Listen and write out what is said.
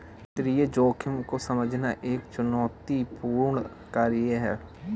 वित्तीय जोखिम को समझना एक चुनौतीपूर्ण कार्य है